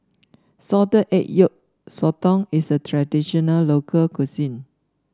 Salted Egg Yolk Sotong is a traditional local cuisine